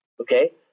Okay